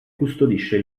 custodisce